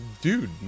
Dude